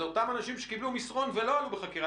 זה אותם אנשים שקיבלו מסרון ולא עלו בחקירה